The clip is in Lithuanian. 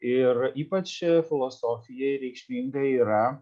ir ypač filosofijai reikšminga yra